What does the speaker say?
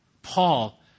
Paul